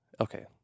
Okay